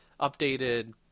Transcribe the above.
updated